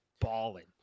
balling